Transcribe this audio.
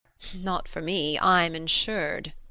not for me. i am insured!